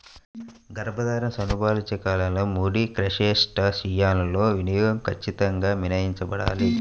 గర్భధారణ, చనుబాలిచ్చే కాలంలో ముడి క్రస్టేసియన్ల వినియోగం ఖచ్చితంగా మినహాయించబడాలి